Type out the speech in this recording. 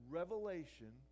revelation